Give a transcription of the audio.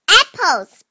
apples